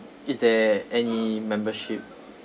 is there any membership